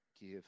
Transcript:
give